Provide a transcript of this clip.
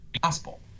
gospel